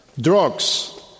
Drugs